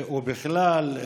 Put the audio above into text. ובכלל,